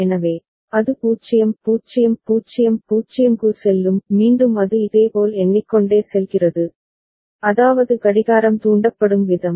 எனவே அது 0 0 0 0 க்கு செல்லும் மீண்டும் அது இதேபோல் எண்ணிக்கொண்டே செல்கிறது அதாவது கடிகாரம் தூண்டப்படும் விதம்